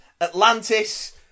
Atlantis